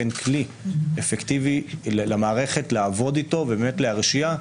הוא ייתן כלי אפקטיבי למערכת לעבוד איתו ובאמת להרשיע.